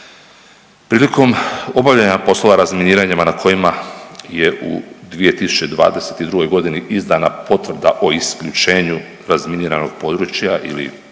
Prilikom obavljanja poslova razminiranja na kojima je u 2022. g. izdana potvrda o isključenju razminiranog područja ili